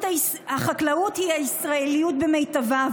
החקלאות היא הישראליות במיטבה,